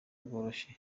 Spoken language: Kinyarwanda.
bworoshye